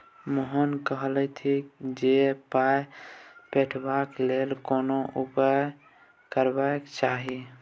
मोहन कहलथि जे पाय पठेबाक लेल कोन उपाय करबाक चाही